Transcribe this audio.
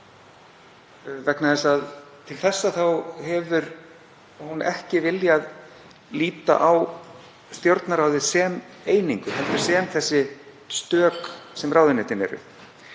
til þessa hefur hún ekki viljað líta á Stjórnarráðið sem einingu heldur sem þessi stök sem ráðuneytin eru.